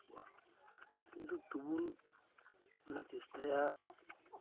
ᱠᱤᱱᱛᱩ ᱛᱚᱵᱩᱞᱮ ᱪᱮᱥᱴᱟᱭᱟ